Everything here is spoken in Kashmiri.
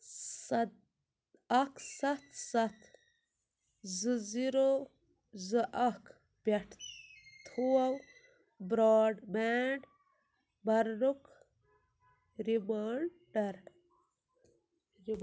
سَ اَکھ سَتھ سَتھ زٕ زیٖرو زٕ اَکھ پٮ۪ٹھ تھوو برٛاڈ بینٛڈ بھرنُک رِماینٛڈر رما